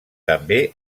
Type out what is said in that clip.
també